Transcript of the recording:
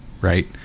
Right